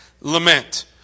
lament